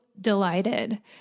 delighted